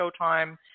Showtime